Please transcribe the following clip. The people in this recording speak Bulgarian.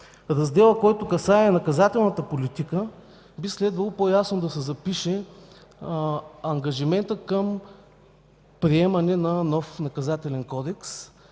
раздела, който касае наказателната политика, би следвало по-ясно да се разпише ангажиментът по приемането на нов Наказателен кодекс.